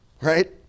right